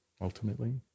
ultimately